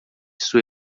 sua